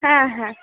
হ্যাঁ হ্যাঁ